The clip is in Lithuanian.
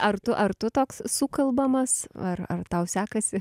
ar tu ar tu toks sukalbamas ar ar tau sekasi